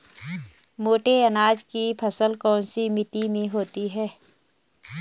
मोटे अनाज की फसल कौन सी मिट्टी में होती है?